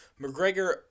McGregor